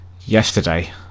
yesterday